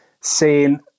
seeing